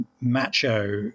macho